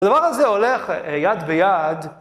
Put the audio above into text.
הדבר הזה הולך יד ביד.